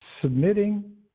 Submitting